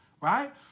right